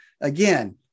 again